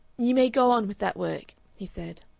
you may go on with that work, he said,